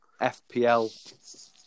FPL